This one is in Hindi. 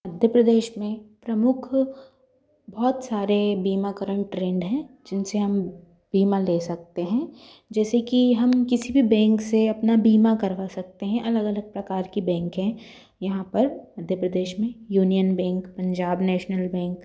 मध्य प्रदेश में प्रमुख बहुत सारे बीमाकरण ट्रेंड हैं जिन से हम बीमा ले सकते हैं जैसे कि हम किसी भी बैंक से अपना बीमा करवा सकते हैं अलग अलग प्रकार के बैंक हैं यहाँ पर मध्य प्रदेश में Union Bank Punjab National bank